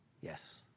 Yes